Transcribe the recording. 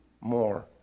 more